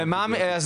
אז